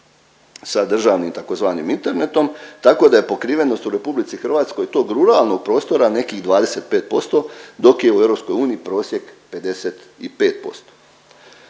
sa državnim tzv. internetom, tako da je pokrivenost u RH tog ruralnog prostora nekih 25% dok je u EU prosjek 55%.